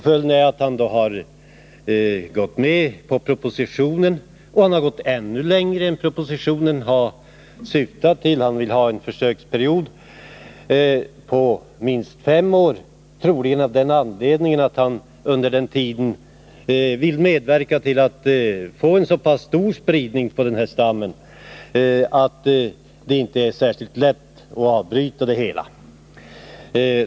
Följden är att han inte bara gått med på propositionen, utan han har gått ännu längre. Han vill ha en försöksperiod på minst fem år — troligen av den anledningen att han vill medverka till att under den tiden få en så stor spridning på denna stam att det inte blir särskilt lätt att avbryta det hela.